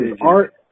art